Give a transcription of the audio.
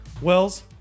Wells